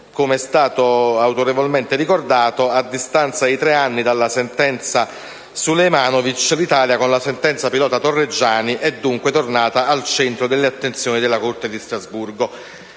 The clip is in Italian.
Com'è stato autorevolmente ricordato, a distanza di tre anni dalla sentenza Sulejmanovic l'Italia, con la sentenza pilota Torreggiani, è dunque tornata al centro delle attenzioni della Corte di Strasburgo